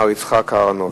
מר יצחק אהרונוביץ.